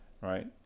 right